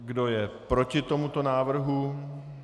Kdo je proti tomuto návrhu?